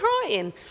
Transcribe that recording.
crying